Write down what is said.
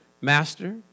Master